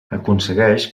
aconsegueix